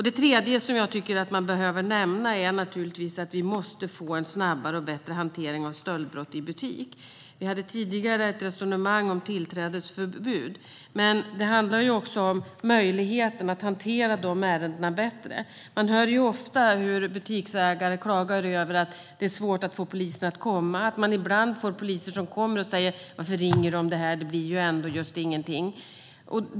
Det tredje jag tycker att man behöver nämna är att vi måste få en snabbare och bättre hantering av stöldbrott i butik. Vi hade tidigare ett resonemang om tillträdesförbud. Men det handlar också om möjligheten att hantera ärendena bättre. Man hör ofta butiksägare klaga över att det är svårt att få polisen att komma. Ibland får man poliser att komma, men de säger: Varför ringer du om det här? Det blir ju ändå just ingenting.